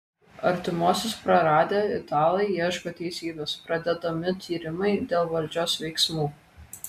artimuosius praradę italai ieško teisybės pradedami tyrimai dėl valdžios veiksmų